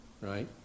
right